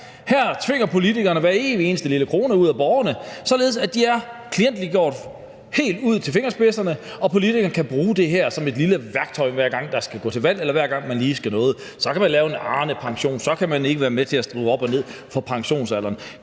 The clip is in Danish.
Her tvinger politikerne hver evig eneste krone ud af borgerne, således at de er klientgjort helt ud til fingerspidserne, og politikerne kan bruge det her som et lille værktøj, hver gang der er valg, eller hver gang man lige skal gøre noget – så kan man lave en Arnepension, og så kan man lige skrue pensionsalderen